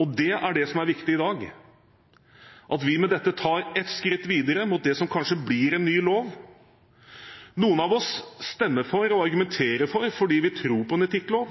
og det er det som er viktig i dag – at vi med dette tar ett skritt videre mot det som kanskje blir en ny lov. Noen av oss stemmer for og argumenterer for fordi vi tror på